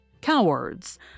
Cowards